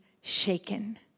shaken